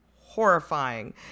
horrifying